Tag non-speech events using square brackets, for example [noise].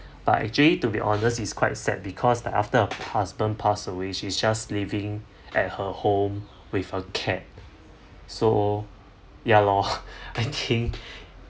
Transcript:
but actually to be honest it's quite sad because like after her husband pass away she's just living at her home with a cat so ya lor [laughs] I think